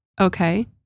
Okay